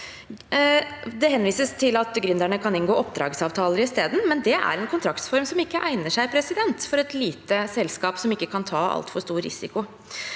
Det henvises til at gründerne kan inngå oppdragsavtaler isteden, men det er en kontraktsform som ikke egner seg for et lite selskap som ikke kan ta altfor stor risiko.